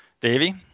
Davy